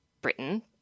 Britain